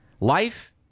Life